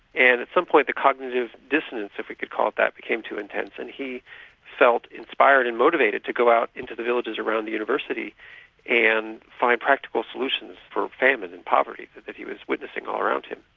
and at some point the cognitive dissonance if you could call it that became too intense and he felt inspired and motivated to go out into the villages around the university and find practical solutions for famine and poverty that he was witnessing all around him.